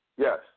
Yes